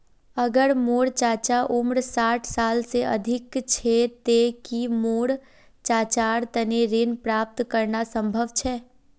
अगर मोर चाचा उम्र साठ साल से अधिक छे ते कि मोर चाचार तने ऋण प्राप्त करना संभव छे?